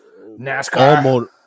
NASCAR